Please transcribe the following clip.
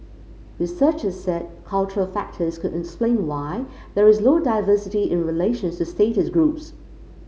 researchers said cultural factors could explain why there is low diversity in relation to status groups